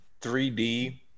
3D